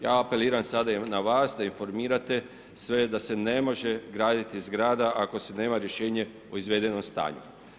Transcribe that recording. Ja apeliram sada i na vas, da informirate sve, da se ne može graditi zgrada ako se nema rješenje o izvedenom stanju.